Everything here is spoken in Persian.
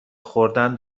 خوردن